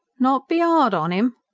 not be ard on im?